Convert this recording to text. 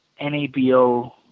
NABO